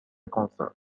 concert